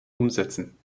umsetzen